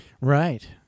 Right